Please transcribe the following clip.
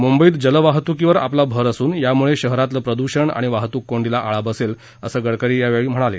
मुंबईत जलवाहतूकीवर आपला भर असून यामुळे शहरातलं प्रद्षण आणि वाहतुक कोंडीला आळा बसेल असं गडकरी यावेळी म्हणाले